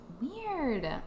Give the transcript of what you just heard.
Weird